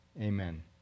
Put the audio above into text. amen